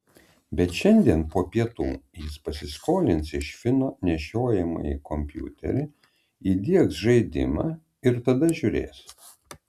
bet šiandien po pietų jis pasiskolins iš fino nešiojamąjį kompiuterį įdiegs žaidimą ir tada žiūrės